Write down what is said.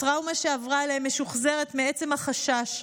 הטראומה שעברה עליהם משוחזרת מעצם החשש,